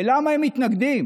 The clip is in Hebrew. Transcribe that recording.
ולמה הם מתנגדים?